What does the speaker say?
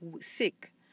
sick